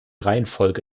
reihenfolge